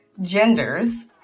genders